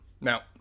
Now